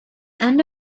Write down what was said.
end